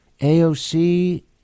AOC